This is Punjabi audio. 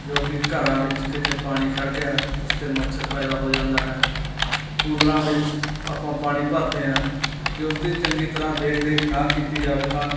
ਜੋ ਕਿ ਘਰਾਂ ਵਿੱਚ ਕਿਤੇ ਪਾਣੀ ਖੜ੍ਹ ਗਿਆ ਉਸ 'ਤੇ ਮੱਛਰ ਪੈਦਾ ਹੋ ਜਾਂਦਾ ਹੈ ਕੂਲਰਾਂ ਵਿੱਚ ਆਪਾਂ ਪਾਣੀ ਭਰਦੇ ਹਾਂ ਜੇ ਉਸਦੀ ਚੰਗੀ ਤਰ੍ਹਾਂ ਦੇਖ ਰੇਖ ਨਾ ਕੀਤੀ ਜਾਵੇ ਤਾਂ